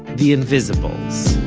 the invisibles